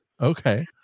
okay